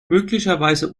möglicherweise